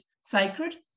sacred